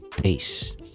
Peace